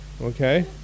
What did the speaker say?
Okay